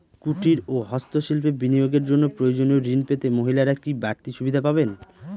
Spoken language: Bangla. কুটীর ও হস্ত শিল্পে বিনিয়োগের জন্য প্রয়োজনীয় ঋণ পেতে মহিলারা কি বাড়তি সুবিধে পাবেন?